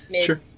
Sure